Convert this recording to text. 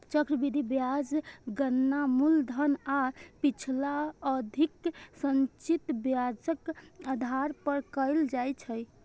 चक्रवृद्धि ब्याजक गणना मूलधन आ पिछला अवधिक संचित ब्याजक आधार पर कैल जाइ छै